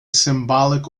symbolic